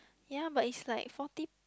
ya but it's like forty